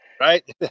Right